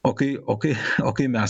o kai o kai o kai mes